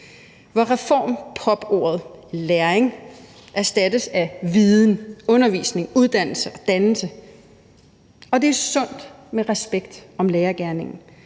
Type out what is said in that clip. hvor reformpopordet læring erstattes af viden, undervisning, uddannelse og dannelse. Det er sundt med respekt om lærergerningen.